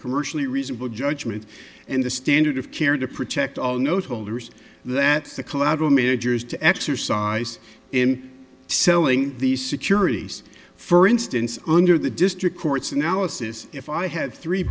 commercially reasonable judgment and the standard of care to protect all note holders that the collateral managers to exercise in selling these securities for instance under the district court's analysis if i had three